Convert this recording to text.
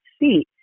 seat